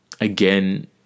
again